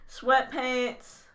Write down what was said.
sweatpants